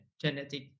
genetic